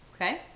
Okay